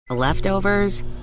Leftovers